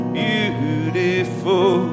beautiful